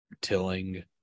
tilling